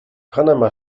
panama